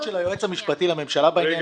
של היועץ המשפטי לממשלה בעניין הזה.